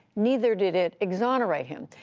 neither did it exonerate him.